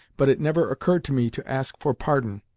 but it never occurred to me to ask for pardon.